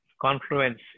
confluence